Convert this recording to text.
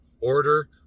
Order